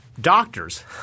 doctors